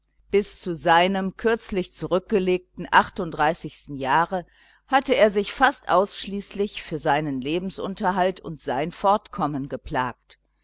bis zu seinem kürzlich zurückgelegten achtunddreißigsten jahre hatte er sich fast ausschließlich für seinen lebensunterhalt und sein fortkommen geplagt